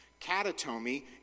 catatomy